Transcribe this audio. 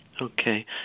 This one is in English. Okay